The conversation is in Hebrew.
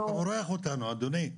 אתה מורח אותנו אדוני.